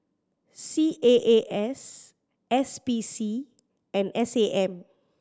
C A A S S P C and S A M